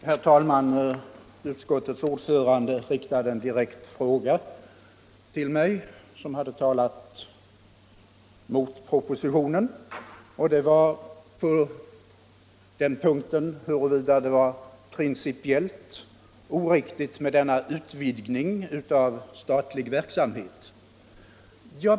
Herr talman! Utskottets ordförande riktade en direkt fråga till mig, huruvida det var principiellt oriktigt med denna utvidgning av statlig verksamhet.